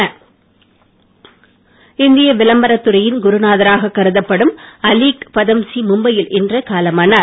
அலீக் இந்திய விளம்பரத் துறையின் குருநாதராக கருதப்படும் அலீக் பதம்சி மும்பையில் இன்று காலமானார்